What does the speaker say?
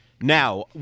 now